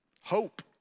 hope